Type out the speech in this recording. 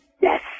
yes